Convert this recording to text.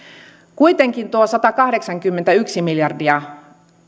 kuitenkin tuo satakahdeksankymmentäyksi miljardia